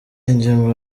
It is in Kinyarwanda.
ngo